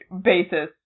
basis